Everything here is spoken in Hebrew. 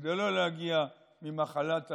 כדי לא להגיע למחלת הלב,